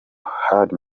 had